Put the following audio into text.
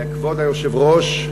כבוד היושב-ראש,